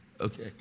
Okay